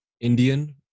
Indian